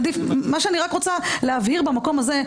מה שאני רק רוצה להבהיר במקום הזה,